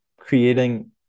creating